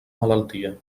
malaltia